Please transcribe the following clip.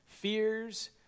fears